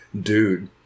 dude